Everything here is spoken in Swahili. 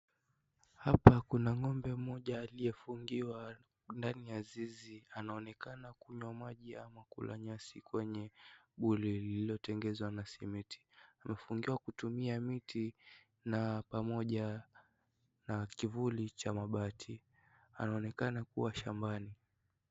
Hapa kuna ngombe mmoja aliyefungiwa ndani ya zizi anaonekana kunywa maji ama kula nyasi kwenye hori lililotengenezwa na simiti amefungiwa kutumia miti na pamoja na kivuli cha mabati anaonekana kuwa shambani.